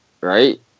right